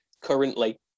currently